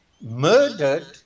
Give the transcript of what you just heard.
murdered